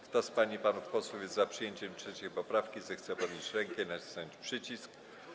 Kto z pań i panów posłów jest za przyjęciem 3. poprawki, zechce podnieść rękę i nacisnąć przycisk.